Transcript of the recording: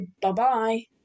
bye-bye